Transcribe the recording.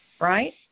right